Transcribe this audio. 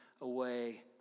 away